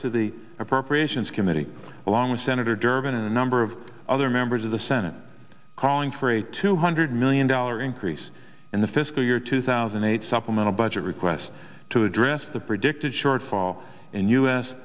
to the appropriations committee along with senator durbin a number of other members of the senate calling for a two hundred million dollar increase in the fiscal year two thousand and eight supplemental budget request to address the predicted shortfall in u